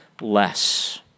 less